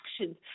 actions